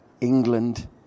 England